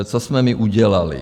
Co jsme my udělali.